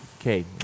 Okay